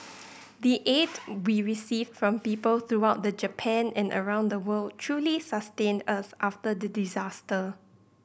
the aid we received from people throughout the Japan and around the world truly sustained us after the disaster